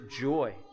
joy